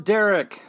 Derek